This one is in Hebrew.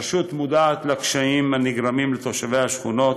הרשות מודעת לקשיים הנגרמים לתושבי השכונות